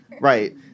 right